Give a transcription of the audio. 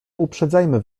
uprzedzajmy